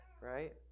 right